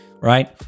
Right